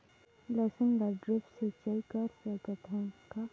लसुन ल ड्रिप सिंचाई कर सकत हन का?